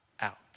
out